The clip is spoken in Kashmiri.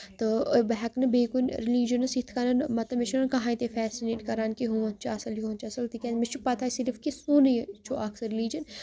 تہٕ بہٕ ہیٚکہٕ نہٕ بیٚیہِ کُنہِ ریلِجنس یِتھ کَنن مطلب مےٚ چھُ نہٕ کانہے تہِ فیسِنیٹ کران کہِ ہُہُنٛد چھُ اَصٕل یِہُنٛد چھُ اَصٕل تِکیازِ مےٚ چھُ پَتہ صرف کہِ سونُے چھُ اکھ سُہ ریلِجن